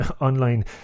online